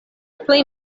plej